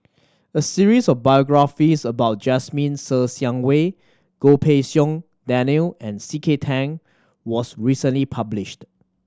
a series of biographies about Jasmine Ser Xiang Wei Goh Pei Siong Daniel and C K Tang was recently published